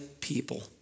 people